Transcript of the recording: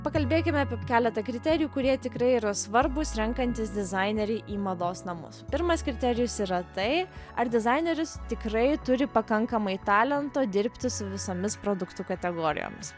pakalbėkime apie keletą kriterijų kurie tikrai yra svarbūs renkantis dizainerį į mados namus pirmas kriterijus yra tai ar dizaineris tikrai turi pakankamai talento dirbti su visomis produktų kategorijomis